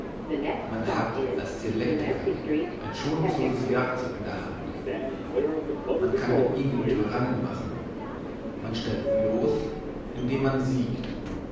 man hat als dialektiker ein schonungsloses werkzeug in der hand man kann mit ihm den tyrannen machen man stellt bloss indem man siegt